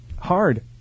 Hard